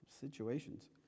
situations